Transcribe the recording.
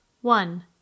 One